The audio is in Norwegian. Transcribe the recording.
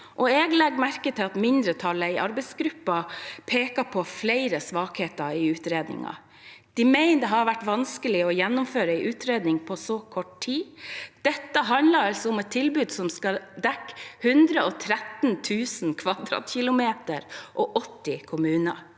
Jeg legger merke til at mindretallet i arbeidsgruppen peker på flere svakheter i utredningen. De mener det har vært vanskelig å gjennomføre en utredning på så kort tid. Dette handler om et tilbud som skal dekke 113 000 km[2] og 80 kommuner.